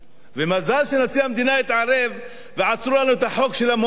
מזל שנשיא המדינה התערב ועצרו לנו את החוק של המואזין.